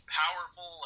powerful